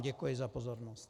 Děkuji vám za pozornost.